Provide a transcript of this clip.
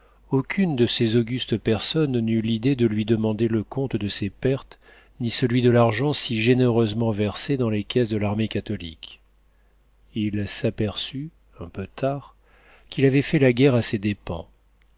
aucune de ces augustes personnes n'eut l'idée de lui demander le compte de ses pertes ni celui de l'argent si généreusement versé dans les caisses de l'armée catholique il s'aperçut un peu tard qu'il avait fait la guerre à ses dépens